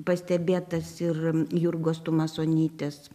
pastebėtas ir jurgos tumasonytės